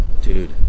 Dude